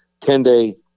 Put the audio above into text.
10-day